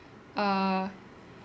err